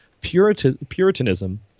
puritanism